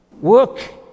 Work